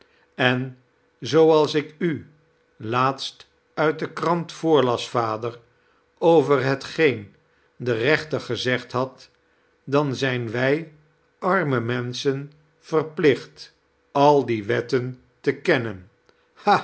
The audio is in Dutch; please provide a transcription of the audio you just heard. en zooals ik u laatst uit de krant voorlas vader over hetgeen de reenter gezegd had dan zijn wij arme menschen verplicht al die wetten te kennen